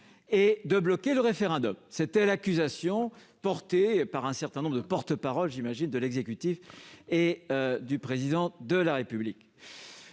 la révision et le référendum. C'était l'accusation lancée par un certain nombre de porte-parole, j'imagine, de l'exécutif et du Président de la République.